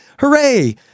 hooray